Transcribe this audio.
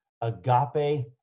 agape